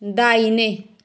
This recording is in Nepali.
दाहिने